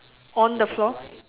on the floor